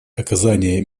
оказание